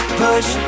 push